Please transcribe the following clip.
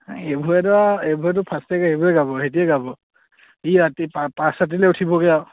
এইবোৰেতো আৰু এইবোৰেতো ফাৰ্ষ্টে সেইবোৰে গাব সিহঁতে গাব ই ৰাতি পাছ ৰাতিলৈ উঠিবগৈ আৰু